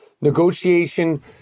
negotiation